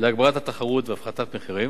להגברת התחרות והפחתת מחירים.